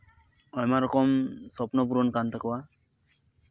ᱟᱭᱢᱟ ᱨᱚᱠᱚᱢ ᱠᱩᱠᱢᱩ ᱯᱩᱨᱚᱱ ᱟᱠᱟᱱ ᱛᱟᱠᱚᱣᱟ